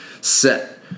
set